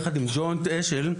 יחד עם ג׳וינט אשל,